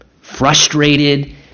frustrated